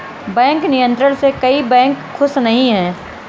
bank नियंत्रण से कई बैंक खुश नही हैं